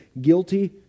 guilty